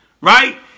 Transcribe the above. right